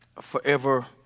forever